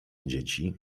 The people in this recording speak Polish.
dzieci